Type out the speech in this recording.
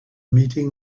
meeting